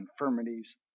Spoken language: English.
infirmities